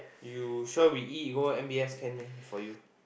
you sure we eat we go M_B_S can meh for you